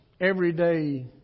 everyday